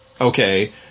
Okay